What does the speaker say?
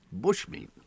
Bushmeat